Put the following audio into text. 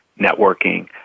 Networking